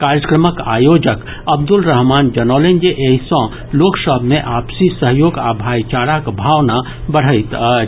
कार्यक्रमक आयोजक अब्दुल रहमान जनौलनि जे एहि सॅ लोक सभ मे आपसी सहयोग आ भाईचाराक भावना बढ़ैत अछि